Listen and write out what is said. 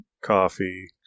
Coffee